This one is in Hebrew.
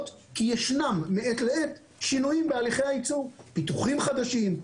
כי ישנם מעת לעת שינויים בהליכי הייצור: פיתוחים חדשים,